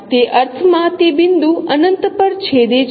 તે અર્થમાં તે બિંદુ અનંત પર છેદે છે